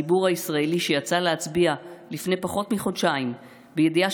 כשהציבור הישראלי יצא להצביע לפני פחות מחודשיים בידיעה